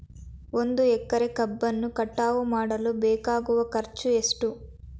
ಒಂದು ಎಕರೆ ಕಬ್ಬನ್ನು ಕಟಾವು ಮಾಡಲು ಬೇಕಾಗುವ ಖರ್ಚು ಎಷ್ಟು?